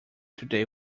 today